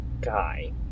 guy